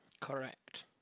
Correct